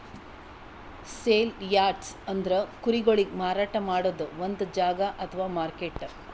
sale yards ಅಂದ್ರ ಕುರಿಗೊಳಿಗ್ ಮಾರಾಟ್ ಮಾಡದ್ದ್ ಒಂದ್ ಜಾಗಾ ಅಥವಾ ಮಾರ್ಕೆಟ್